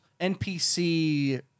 npc